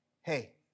Hey